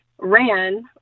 ran